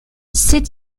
sed